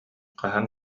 хаһан